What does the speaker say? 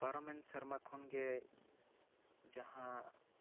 ᱯᱟᱨᱚᱢᱮᱱ ᱥᱮᱨᱢᱟ ᱠᱷᱚᱱ ᱜᱮ ᱡᱟᱦᱟᱸ